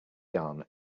yarn